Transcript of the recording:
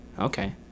okay